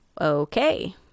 Okay